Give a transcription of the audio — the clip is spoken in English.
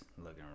looking